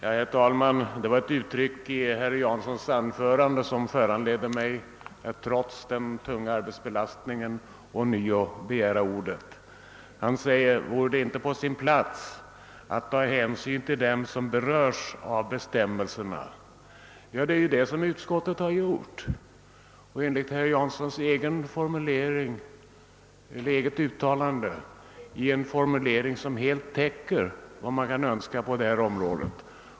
Herr talman! Det var ett uttryck i herr Janssons anförande som föranledde mig att trots den tunga arbetsbelastningen på nytt begära ordet. Han säger: Vore det inte på sin plats att ta hänsyn till dem som berörs av bestämmelserna? Det är ju detta som utskottet har gjort och, enligt herr Janssons eget uttalande, i en formulering som helt täcker vad man kan önska på det här området.